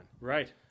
Right